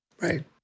Right